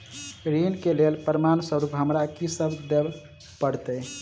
ऋण केँ लेल प्रमाण स्वरूप हमरा की सब देब पड़तय?